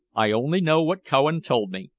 i only know what cowan told me,